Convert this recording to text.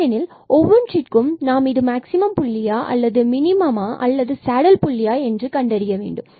ஏனெனில் ஒவ்வொன்றிற்கும் நாம் இது மேக்சிமம் புள்ளியா மினிமமா அல்லது சேடல் புள்ளியா என்று கண்டறிய வேண்டும்